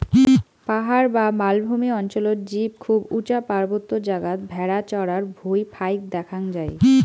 পাহাড় বা মালভূমি অঞ্চলত জীব খুব উচা পার্বত্য জাগাত ভ্যাড়া চরার ভুঁই ফাইক দ্যাখ্যাং যাই